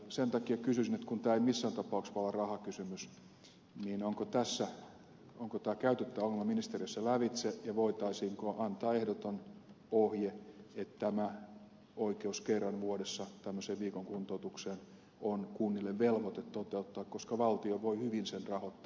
sen takia kysyisin kun tämä ei missään tapauksessa ole rahakysymys onko tämä ongelma käyty ministeriössä lävitse ja voitaisiinko antaa ehdoton ohje että oikeus kerran vuodessa tämmöiseen viikon kuntoutukseen on kunnille velvoite toteuttaa koska valtio voi hyvin sen rahoittaa